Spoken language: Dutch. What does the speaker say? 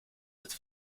het